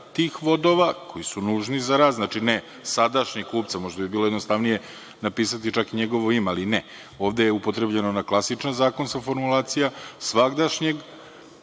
tih vodova koji su nužni za rad, znači, ne sadašnjeg kupca, možda bi bilo jednostavnije napisati čak njegovo ime, ali ne, ovde je upotrebljena ona klasična zakonska formulacija, svagdašnjeg